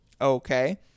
Okay